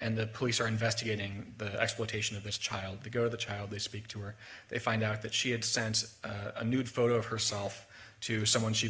and the police are investigating the exploitation of this child they go to the child they speak to or they find out that she had sent a nude photo of herself to someone she